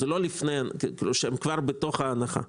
שהן כבר בתור ההנחה.